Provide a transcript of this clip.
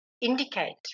indicate